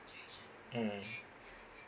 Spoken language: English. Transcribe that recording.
mm